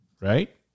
right